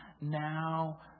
now